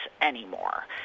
anymore